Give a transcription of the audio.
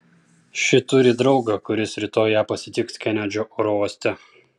ši turi draugą kuris rytoj ją pasitiks kenedžio oro uoste